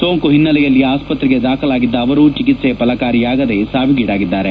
ಸೋಂಕು ಹಿನ್ನೆಲೆಯಲ್ಲಿ ಆಸ್ತತ್ತೆಗೆ ದಾಖಲಾಗಿದ್ದ ಅವರು ಚಿಕಿತ್ಸೆ ಫಲಕಾರಿಯಾಗದೆ ಸಾವಿಗೀಡಾಗಿದ್ದಾರೆ